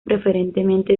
preferentemente